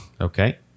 Okay